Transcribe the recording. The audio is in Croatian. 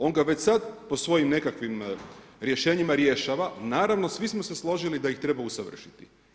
On ga već sad, po svojim nekakvim rješenjima rješava naravno svi smo se složili da ih treba usavršiti.